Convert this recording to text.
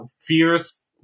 fierce